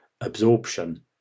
absorption